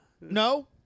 No